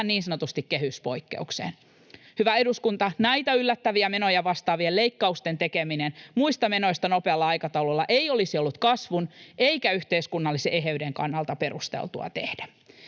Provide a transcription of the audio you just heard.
niin sanottuun kehyspoikkeukseen. Hyvä eduskunta! Näitä yllättäviä menoja vastaavien leikkausten tekeminen muista menoista nopealla aikataululla ei olisi ollut kasvun eikä yhteiskunnallisen eheyden kannalta perusteltua tehdä.